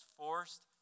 forced